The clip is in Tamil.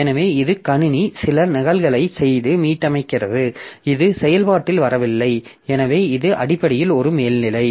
எனவே இது கணினி சில நகல்களைச் செய்து மீட்டமைக்கிறது இது செயல்பாட்டில் வரவில்லை எனவே இது அடிப்படையில் ஒரு மேல்நிலை